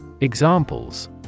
Examples